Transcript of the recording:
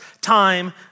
time